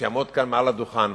שיעמוד כאן מעל הדוכן,